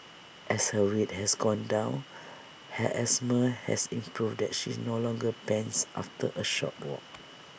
as her weight has gone down her asthma has improved and she no longer pants after A short walk